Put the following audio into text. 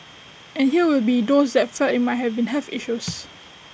and here will be those that felt IT might have been health issues